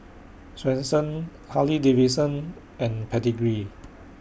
Swensens Harley Davidson and Pedigree